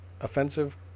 offensive